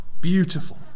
beautiful